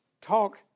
Talk